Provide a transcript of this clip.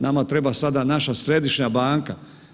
Nama treba sada naša središnja banka.